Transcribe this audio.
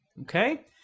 okay